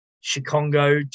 Chicago